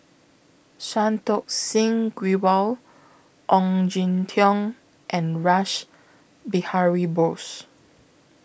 Santokh Singh Grewal Ong Jin Teong and Rash Behari Bose